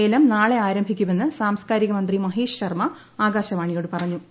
ലേലം നാളെ ആരംഭിക്കുമെന്നും സാംസ്കാരിക മന്ത്രി മഹേഷ് ശർമ്മ ആകാശവാണിയോട് പറഞ്ഞു്